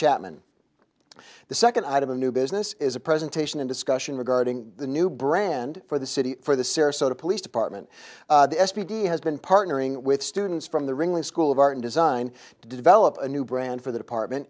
chapman the second item of new business is a presentation in discussion regarding the new brand for the city for the sarasota police department s p d has been partnering with students from the ringling school of art and design to develop a new brand for the department